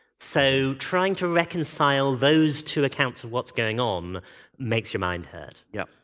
so trying to reconcile those two accounts of what's going on makes your mind hurt. yeah,